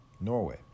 Norway